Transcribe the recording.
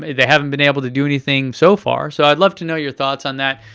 they haven't been able to do anything so far, so i'd love to know your thoughts on that,